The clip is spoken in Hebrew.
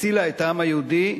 הצילה את העם היהודי מהשמדה,